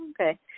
okay